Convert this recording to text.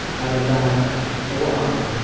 either thou or i,